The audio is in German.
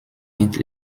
mit